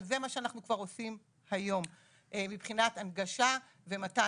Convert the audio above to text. אבל זה מה שאנחנו כבר עושים היום מבחינת הנגשה ומתן מידע.